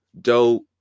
dope